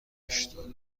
هشتاد